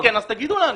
אז תגידו לנו.